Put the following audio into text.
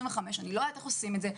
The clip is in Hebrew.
אני לא יודעת איך עושים את זה,